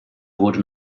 wurde